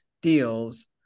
deals